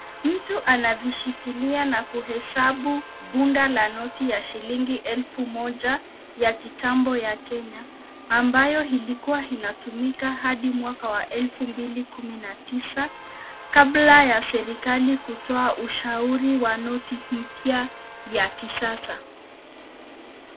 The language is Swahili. Mtu anavishikilia na kuhesabu bunda la noti ya shilingi elfu Moja ya kitambo ya Kenya ambayo ilikuwa inatumika hadi mwaka wa elfu mbili kumi na tisa kabla ya serikali kutoa ushairi wa noti mpya ya kisasa.